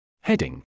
Heading